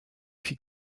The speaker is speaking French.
fit